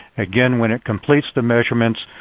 again, when it completes the measurements,